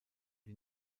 die